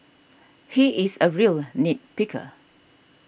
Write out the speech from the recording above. he is a real nit picker